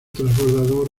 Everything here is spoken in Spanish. transbordador